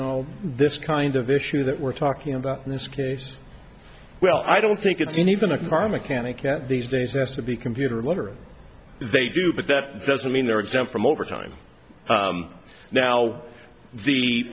determine this kind of issue that we're talking about in this case well i don't think it's in even a car mechanic that these days has to be computer literate they do but that doesn't mean they're exempt from overtime now the